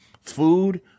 food